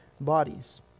bodies